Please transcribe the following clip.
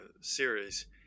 series